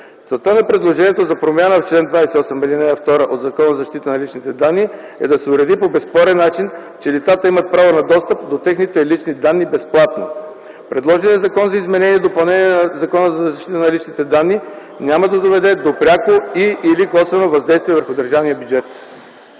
Целта на предложението за промяна в чл. 28, ал. 2 от Закона за защита на личните данни е да се уреди по безспорен начин, че лицата имат право на достъп до техните лични данни безплатно. Предложеният Законопроект за изменение и допълнение на Закона за защита на личните данни няма да доведе до пряко и/или косвено въздействие върху държавния бюджет.